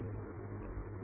relay layer નોડ્સની સૂચિ છે